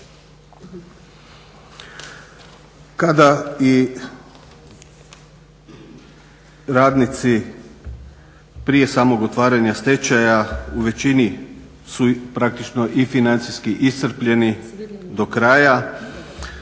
Kada i radnici prije samog otvaranja stečaja u većini su praktično i financijski iscrpljeni do kraja